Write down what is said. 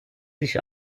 sich